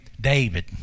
David